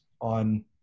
on